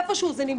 איפשהו זה נמצא.